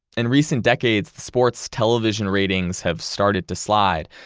in recent decades, the sport's television ratings have started to slide,